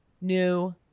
new